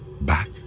back